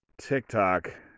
TikTok